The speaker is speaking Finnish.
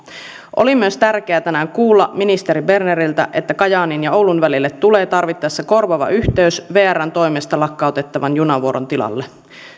oli myös tärkeää tänään kuulla ministeri berneriltä että kajaanin ja oulun välille tulee tarvittaessa korvaava yhteys vrn toimesta lakkautettavan junavuoron tilalle